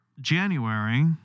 January